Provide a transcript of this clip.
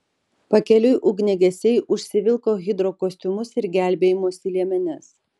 pakeliui ugniagesiai užsivilko hidrokostiumus ir gelbėjimosi liemenes